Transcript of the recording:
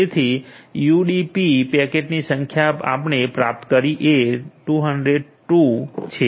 તેથી યુડીપી પેકેટની સંખ્યા આપણે પ્રાપ્ત કરી એ 202 બસ્સો બે છે